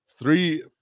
three